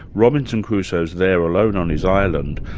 robinson crusoe's there alone on his island,